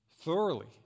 thoroughly